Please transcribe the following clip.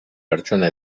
pertsona